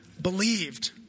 believed